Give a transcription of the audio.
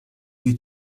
più